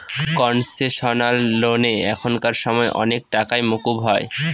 concessional লোনে এখানকার সময় অনেক টাকাই মকুব হয়